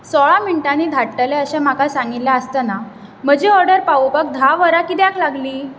सोळा मिनटांनीं धाडटले अशें म्हाका सांगिल्लें आसतना म्हजी ऑर्डर पावोवपाक धा वरां कित्याक लागलीं